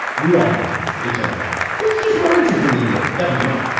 we all have a past. it turns out he is just more interesting than yours. definitely mine.